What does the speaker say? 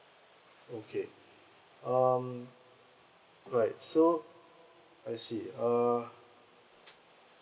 okay um right so I see err